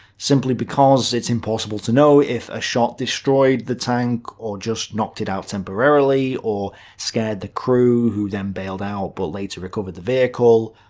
simply because it's impossible to know if a shot destroyed the tank, or just knocked it out temporarily, or scared the crew who then bailed out but later recovered the vehicle,